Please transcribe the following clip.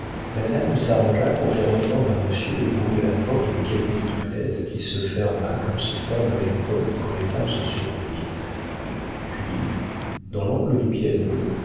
madame s'arrangea pour faire entendre à monsieur le bruit de la porte du cabinet de toilette qui se ferma comme se ferment les portes quand les femmes sont surprises puis dans l'angle du piano